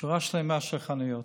שורה שלמה של חנויות.